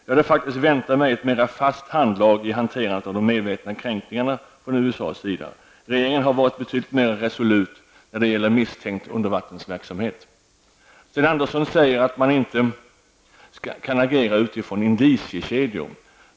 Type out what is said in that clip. Jag hade faktiskt väntat mig ett mera fast handlag i hanterandet av de medvetna kränkningarna från USAs sida. Regeringen har varit betydligt mera resolut när det gäller misstänkt undervattensverksamhet. Sten Andersson säger att man inte kan agera utifrån indiciekedjor.